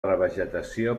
revegetació